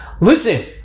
listen